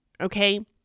Okay